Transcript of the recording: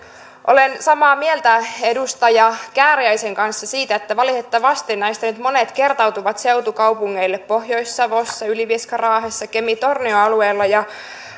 olen samaa mieltä edustaja kääriäisen kanssa siitä että valitettavasti näistä nyt monet kertautuvat seutukaupungeille pohjois savossa ylivieska raahessa kemi tornion alueella ja